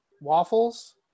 waffles